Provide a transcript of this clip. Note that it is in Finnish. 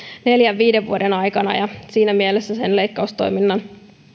neljän viiva viiden vuoden aikana ja siinä mielessä leikkaustoiminnan